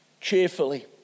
cheerfully